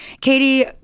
Katie